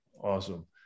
Awesome